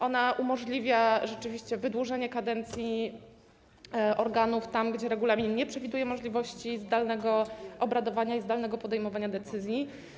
Ona umożliwia rzeczywiście wydłużenie kadencji organów tam, gdzie regulamin nie przewiduje możliwości zdalnego obradowania i zdalnego podejmowania decyzji.